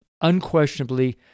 unquestionably